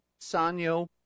Sanyo